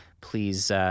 please